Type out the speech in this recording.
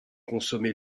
consommée